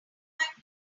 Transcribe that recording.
promised